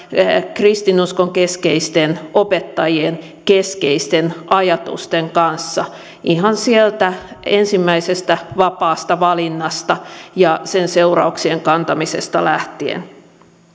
kristinuskon keskeisten opettajien keskeisten ajatusten kanssa ihan sieltä ensimmäisestä vapaasta valinnasta ja sen seurauksien kantamisesta lähtien